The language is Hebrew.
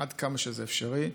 עד כמה שזה אפשרי.